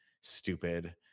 stupid